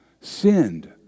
sinned